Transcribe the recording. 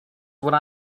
would